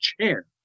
chair